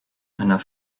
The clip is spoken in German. einer